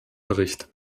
bericht